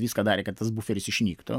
viską darė kad tas buferis išnyktų